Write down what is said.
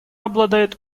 обладает